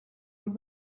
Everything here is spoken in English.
are